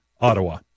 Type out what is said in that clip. Ottawa